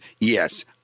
yes